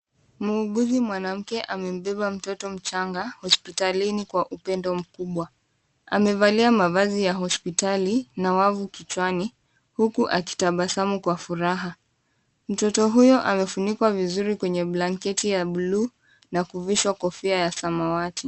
Muuguzi mwanamke amembeba mtoto mchanga hospitalini kwa upendo mkubwa. Amevalia mavazi ya hospitali na wavu kichwani huku akitabasamu kwa furaha. Mtoto huyo amefunikwa vizuri kwenye blanketi ya bluu na kuvishwa kofia ya samawati.